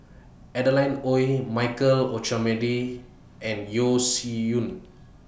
Adeline Ooi Michael Olcomendy and Yeo Shih Yun